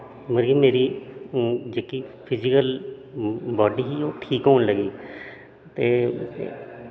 मतलब कि मेरी जेह्की फिजीकल बाॅडी ही ओह् ठीक होन लगी ते